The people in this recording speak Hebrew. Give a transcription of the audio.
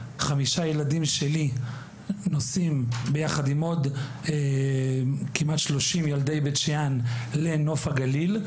חמישה מהילדים שלי נוסעים יחד עם עוד כמעט 30 ילדי בית שאן לנוף הגליל.